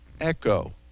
echo